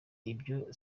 ibyo